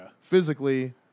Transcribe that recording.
physically